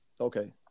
okay